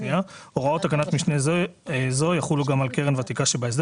הוראות תקנת משנה זו יחולו גם על קרן ותיקה שבהסדר